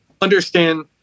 understand